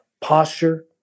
posture